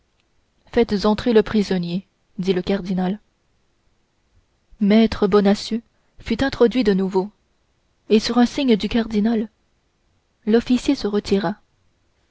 faites entrer le prisonnier dit le cardinal maître bonacieux fut introduit de nouveau et sur un signe du cardinal l'officier se retira